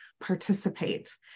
participate